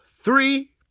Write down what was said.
three